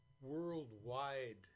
worldwide